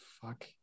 Fuck